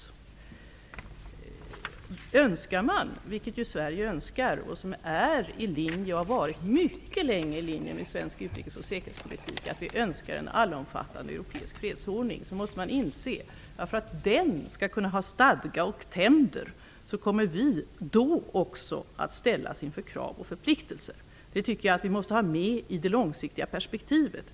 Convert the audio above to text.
Om man önskar en allomfattande europeisk fredsordning, något som mycket länge har legat i linje med svensk utrikes och säkerhetspolitik, och om den fredsordningen skall kunna ha stadga och tänder, så måste man inse att också vi kommer att ställas inför krav och förpliktelser. Det måste vi ha med i det långsiktiga perspektivet.